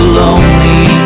lonely